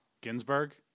Ginsburg